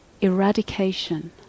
eradication